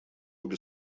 обе